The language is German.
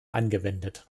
angewendet